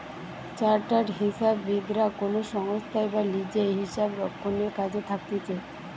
chartered হিসাববিদরা কোনো সংস্থায় বা লিজে হিসাবরক্ষণের কাজে থাকতিছে